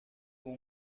com